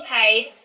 paid